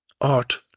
Art